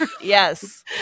Yes